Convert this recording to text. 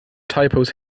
typos